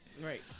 right